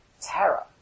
terror